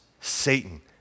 Satan